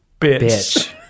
Bitch